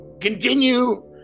continue